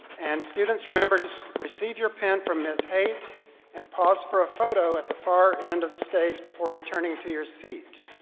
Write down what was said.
and students remember to receive your pin from ms. haite and pause for a photo at the far end of the stage before returning to your seat.